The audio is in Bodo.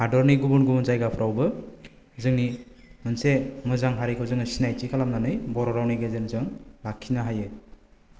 हादरनि गुबुन जायगाफ्रावबो जोंनि मोनसे मोजां हारिखौ जोङो सिनायथि खालामनानै बर' रावनि गेजेरजों लाखिनो हायो